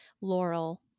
Laurel